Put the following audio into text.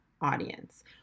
audience